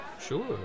sure